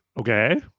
Okay